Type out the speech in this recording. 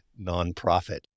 nonprofit